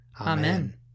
Amen